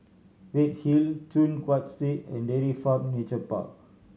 Redhill Choon Guan Street and Dairy Farm Nature Park